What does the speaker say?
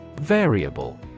Variable